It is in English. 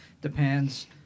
depends